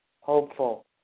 hopeful